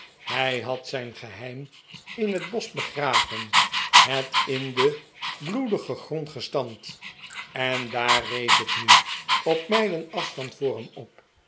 hij had zijn geheim in het bosch begraven het in den bloedigen grond gestampt en daar rees het nu op mijlen afstand voor hem op